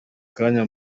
kanya